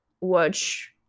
watch